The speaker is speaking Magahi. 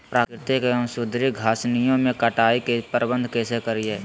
प्राकृतिक एवं सुधरी घासनियों में कटाई प्रबन्ध कैसे करीये?